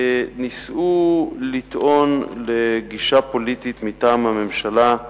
ניסו לטעון לגישה פוליטית מטעם הממשלה.